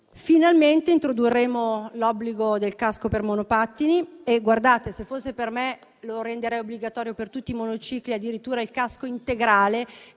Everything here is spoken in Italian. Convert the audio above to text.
Finalmente introdurremo l'obbligo del casco per monopattini. Se fosse per me, renderei obbligatorio per tutti i monocicli addirittura il casco integrale,